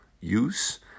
use